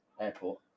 airport